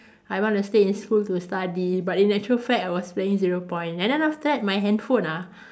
I want to stay in school to study but in actually fact I was playing zero point and then after that my handphone ah